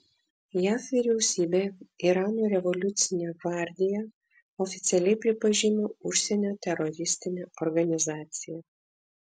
jav vyriausybė irano revoliucinę gvardiją oficialiai pripažino užsienio teroristine organizacija